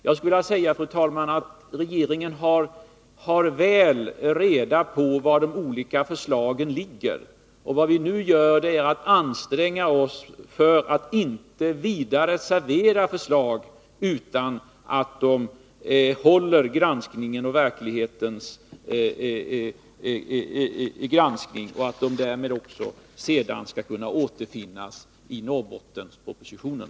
Jag skulle vilja säga, fru talman, att regeringen har väl reda på var de olika förslagen ligger. Vad vi nu gör är att anstränga oss för att servera förslag som håller granskningen, så att de också sedan skall kunna återfinnas i Norrbottenspropositionen.